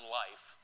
life